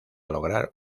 lograr